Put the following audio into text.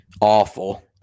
awful